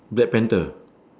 black panther